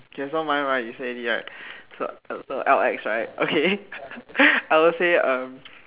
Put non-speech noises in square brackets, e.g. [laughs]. okay so mine mine you say already right so so so L_X right okay [laughs] I will say uh